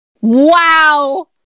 Wow